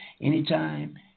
Anytime